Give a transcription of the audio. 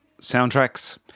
soundtracks